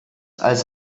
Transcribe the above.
als